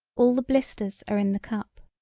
all the blisters are in the cup.